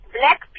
black